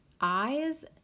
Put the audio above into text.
eyes